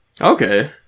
Okay